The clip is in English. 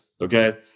Okay